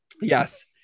yes